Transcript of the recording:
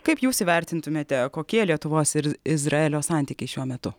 kaip jūs įvertintumėte kokie lietuvos ir izraelio santykiai šiuo metu